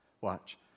Watch